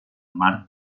mar